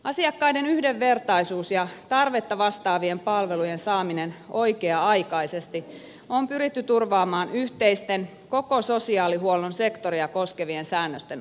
asiakkaiden yhdenvertaisuus ja tarvetta vastaavien palvelujen saaminen oikea aikaisesti on pyritty turvaamaan yhteisten koko sosiaalihuollon sektoria koskevien säännösten avulla